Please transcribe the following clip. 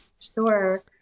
Sure